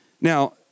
Now